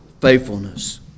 faithfulness